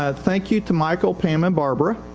ah thank you to michael, pam and barbara.